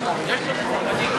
בהתאם.